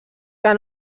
que